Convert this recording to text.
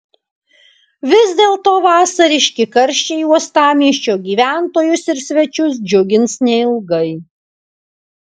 vis dėlto vasariški karščiai uostamiesčio gyventojus ir svečius džiugins neilgai